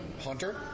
Hunter